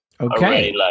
Okay